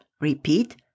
Repeat